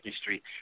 Street